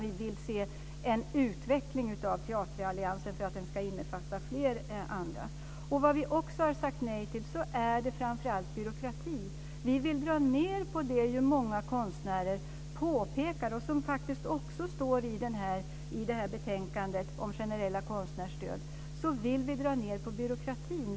Vi vill se en utveckling av Teateralliansen för att den ska innefatta fler. Vi har också sagt nej till framför allt byråkrati. Som många konstnärer påpekar och som det faktiskt också står i betänkandet om generella konstnärsstöd vill vi dra ned på byråkratin.